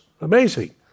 Amazing